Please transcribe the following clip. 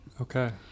Okay